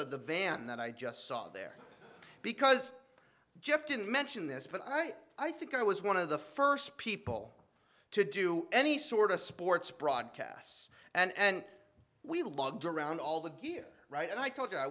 of the van that i just saw there because jeff didn't mention this but i i think i was one of the first people to do any sort of sports broadcasts and we lug around all the gear right and i t